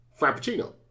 Frappuccino